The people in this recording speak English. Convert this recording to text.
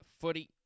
footy